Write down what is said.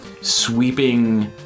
sweeping